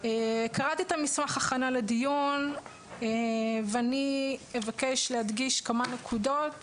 קראתי את מסמך ההכנה לדיון ואני אבקש להדגיש כמה נקודות